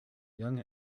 young